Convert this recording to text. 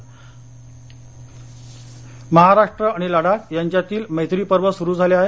नामग्याल महाराष्ट्र आणि लडाख यांच्यातील मैत्रीपर्व सुरू झाले आहे